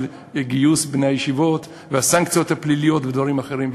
גיוס בני הישיבות והסנקציות הפליליות ודברים אחרים,